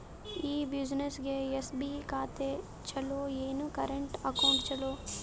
ಈ ಬ್ಯುಸಿನೆಸ್ಗೆ ಎಸ್.ಬಿ ಖಾತ ಚಲೋ ಏನು, ಕರೆಂಟ್ ಅಕೌಂಟ್ ಚಲೋ?